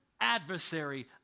adversary